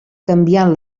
canviant